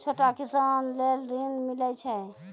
छोटा किसान लेल ॠन मिलय छै?